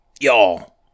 y'all